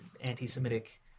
anti-Semitic